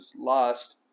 lost